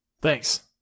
Thanks